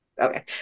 okay